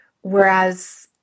whereas